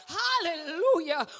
hallelujah